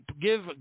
Give